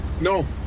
no